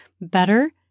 better